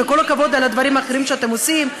וכל הכבוד על הדברים האחרים שאתם עושים,